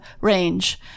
range